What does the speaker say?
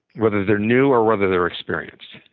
whether they're new or whether they're experienced.